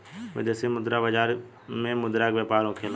विदेशी मुद्रा बाजार में मुद्रा के व्यापार होखेला